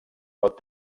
pot